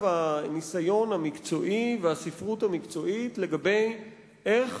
הניסיון המקצועי והספרות המקצועית לגבי איך